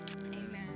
Amen